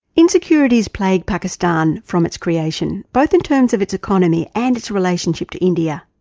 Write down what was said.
insecurities plagued pakistan from its creation, both in terms of its economy and its relationship to india.